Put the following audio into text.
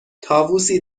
طاووسی